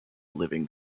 living